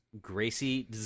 Gracie